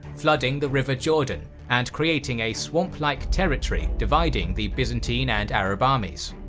flooding the river jordan and creating a swamp-like territory dividing the byzantine and arab armies.